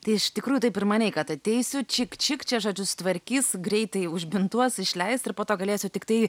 tai iš tikrųjų taip ir manei kad ateisiu čik čik čia žodžiu sutvarkys greitai užbintuos išleis ir po to galėsiu tiktai